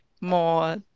more